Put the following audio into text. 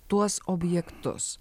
tuos objektus